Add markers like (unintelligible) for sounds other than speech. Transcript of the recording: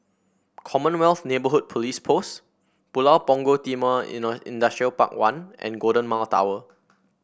Commonwealth Neighbourhood Police Post Pulau Punggol Timor (unintelligible) Industrial Park One and Golden Mile Tower